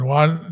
one